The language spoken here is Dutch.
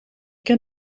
ken